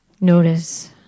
notice